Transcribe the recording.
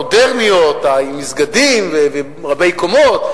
עם מסגדים ורבי-קומות,